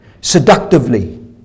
seductively